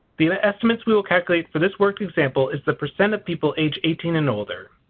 the the estimate we will calculate for this worked example is the percent of people age eighteen and older.